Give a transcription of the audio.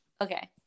okay